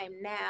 now